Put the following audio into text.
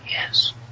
Yes